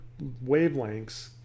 wavelengths